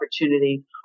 opportunity